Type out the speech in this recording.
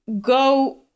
go